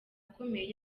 akomeye